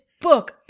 book